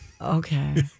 Okay